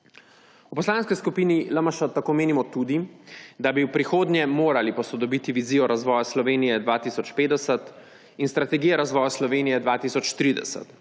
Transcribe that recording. V Poslanski skupini LMŠ tako menimo tudi, da bi v prihodnje morali posodobiti vizijo razvoja Slovenije 2050 in Strategija razvoja Slovenije 2030